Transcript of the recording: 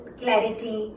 clarity